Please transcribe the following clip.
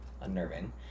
unnerving